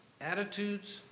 attitudes